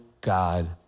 God